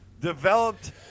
developed